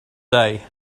day